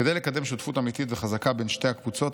"כדי לקדם שותפות אמיתית וחזקה בין שתי הקבוצות,